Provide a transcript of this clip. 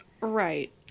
Right